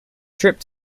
trip